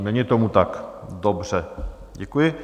Není tomu tak, dobře, děkuji.